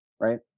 right